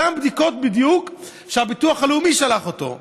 אותן בדיקות בדיוק שהביטוח הלאומי שלח אותו אליהן.